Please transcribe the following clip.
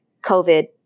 COVID